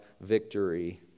victory